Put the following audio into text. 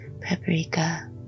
paprika